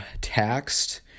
taxed